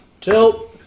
Tilt